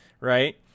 right